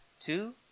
Two